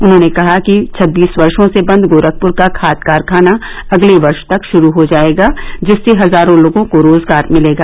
उन्होंने कहा कि छबीस वर्षों से बन्द गोरखपुर का खाद कारखाना अगले वर्ष तक शुरू हो जायेगा जिससे हजारो लोगों को रोजगार मिलेगा